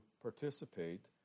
participate